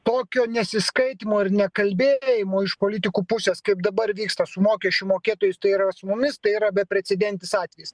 tokio nesiskaitymo ir nekalbėjimo iš politikų pusės kaip dabar vyksta su mokesčių mokėtojais tai yra su mumis tai yra beprecedentis atvejis